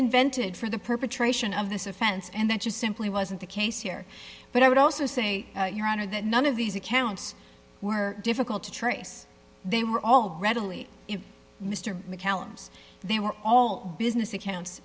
invented for the perpetration of this offense and that just simply wasn't the case here but i would also say your honor that none of these accounts were difficult to trace they were all readily in mr mccallum's they were all business account